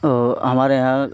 और हमारे यहाँ